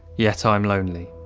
yet i am lonely.